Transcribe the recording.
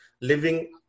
living